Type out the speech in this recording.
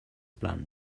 plan